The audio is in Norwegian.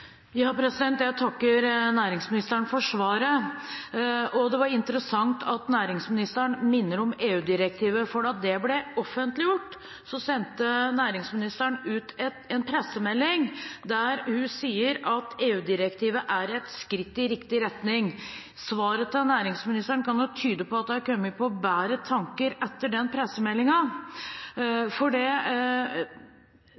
Jeg takker næringsministeren for svaret. Det var interessant at næringsministeren minner om EU-direktivet, for da det ble offentliggjort, sendte næringsministeren ut en pressemelding der hun sier at EU-direktivet er et skritt i riktig retning. Svaret til næringsministeren kan tyde på at hun har kommet på bedre tanker etter den